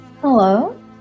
Hello